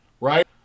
right